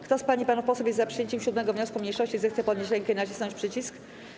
Kto z pań i panów posłów jest za przyjęciem 7. wniosku mniejszości, zechce podnieść rękę i nacisnąć przycisk.